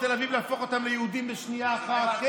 תל אביב ולהפוך אותם ליהודים בשנייה אחת.